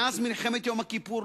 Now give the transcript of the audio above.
מאז מלחמת יום כיפור,